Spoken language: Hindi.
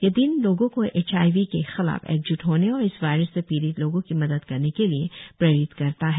यह दिन लोगों को एचआईवी के खिलाफ एकज्ट होने और इस वायरस से पीड़ित लोगों की मदद करने के लिए प्रेरित करता है